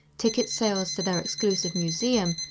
tickets sales to their exclusive museum,